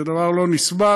זה דבר לא נסבל.